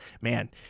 man